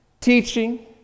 teaching